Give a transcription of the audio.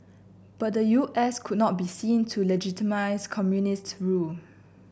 but the U S could not be seen to legitimise communist rule